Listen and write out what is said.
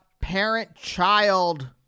parent-child